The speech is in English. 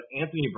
Anthony